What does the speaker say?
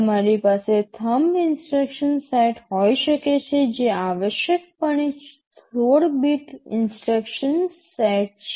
તમારી પાસે thumb instruction set હોઈ શકે છે જે આવશ્યકપણે 16 બીટ ઇન્સટ્રક્શન્સ સેટ છે